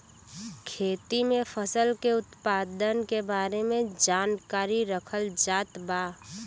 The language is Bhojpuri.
खेती में फसल के उत्पादन के बारे में जानकरी रखल जात बा